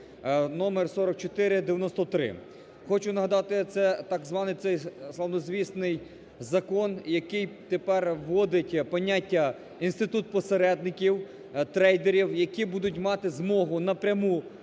(номер 4493). Хочу нагадати це так званий славнозвісний закон, який тепер вводить поняття "інститут посередників-трейдерів", які будуть мати змогу напряму